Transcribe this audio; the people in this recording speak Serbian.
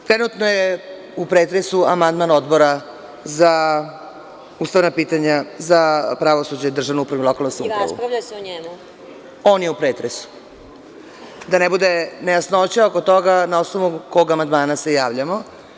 Trenutno je u pretresu amandman Odbora za ustavna pitanja za pravosuđe državnu upravu i lokalnu samoupravu, on je u pretresu, da ne bude nejasnoća oko toga na osnovu kog amandmana se javljamo.